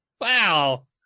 Wow